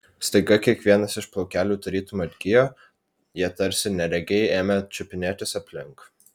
staiga kiekvienas iš plaukelių tarytum atgijo jie tarsi neregiai ėmė čiupinėtis aplink